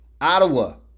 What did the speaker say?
Ottawa